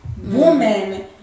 women